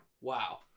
wow